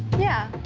yeah.